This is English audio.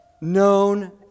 known